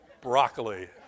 broccoli